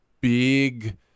big